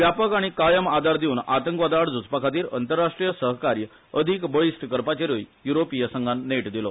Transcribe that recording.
व्यापक आनी कायम आदार दिवन आतंकवादाआड झुजपाखातीर अंतरराष्ट्रीय सहकार्य अदीक बळीष्ट करपाचेरूय युरोपीय संघान नेट दिलो